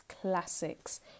classics